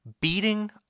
beating